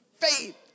faith